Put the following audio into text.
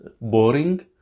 boring